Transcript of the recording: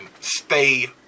Stay